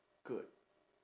good